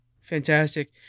fantastic